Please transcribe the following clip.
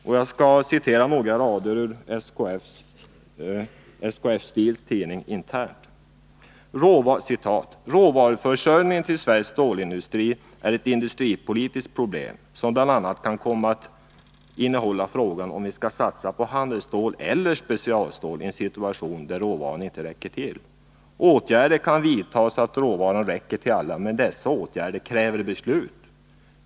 Och jag citerar några rader ur tidningen SKF Steel internt: ”Råvaruförsörjningen till svensk stålindustri är ett industripolitiskt problem som bla kan komma att innehålla frågan om vi skall satsa på handelsstål eller specialstål i en situation där råvaran inte räcker till båda. Åtgärder kan vidtagas så att råvaran räcker till alla, men dessa åtgärder kräver beslut.